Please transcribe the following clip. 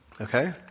Okay